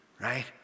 right